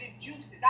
juices